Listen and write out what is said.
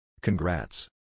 Congrats